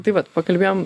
tai vat pakalbėjom